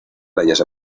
playas